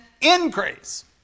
increase